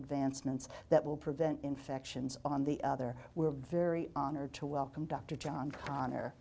advancements that will prevent in sections on the other we're very honored to welcome dr john connor